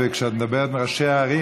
וכשאת מדברת על ראשי הערים,